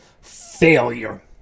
failure